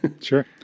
Sure